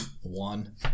One